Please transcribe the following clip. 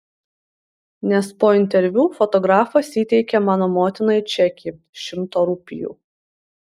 nes po interviu fotografas įteikė mano motinai čekį šimto rupijų